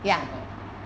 also has dog